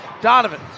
Donovan